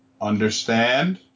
understand